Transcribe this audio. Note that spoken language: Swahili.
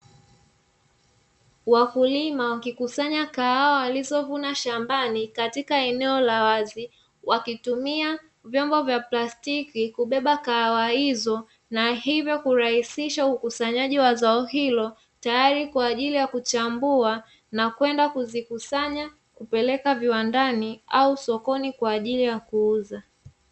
Wakulima wakikusanya kahawa walizovuna shambani katika eneo la wazi, wakitumia vyombo vya plastiki kubeba kahawa hizo na hivyo kurahisisha ukusanyaji wa zao hilo, tayari kwa ajili ya kuchambua na kwenda kuzikusanya kupeleka viwandani au sokoni kwa ajili ya kuuza.